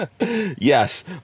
yes